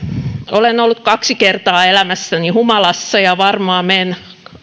olen ollut kaksi kertaa elämässäni humalassa ja varmaan menen